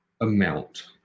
amount